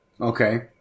Okay